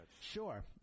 Sure